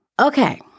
Okay